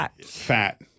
Fat